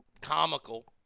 comical